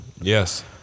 Yes